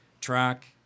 track